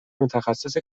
متخصص